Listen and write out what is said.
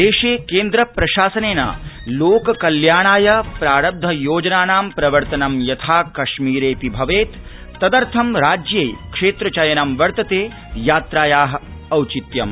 देशे केन्द्रप्रशासनेन लोक कल्याणाय प्रारब्ध योजनानां प्रवर्तनं यथा कश्मीरेऽपि भवेत् तदर्थं राज्ये क्षेत्र चयनं वर्तते यात्रायाः औचित्यम्